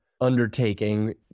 undertaking